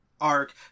arc